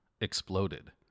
exploded